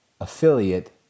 affiliate